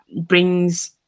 brings